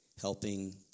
Helping